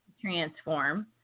transform